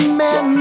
man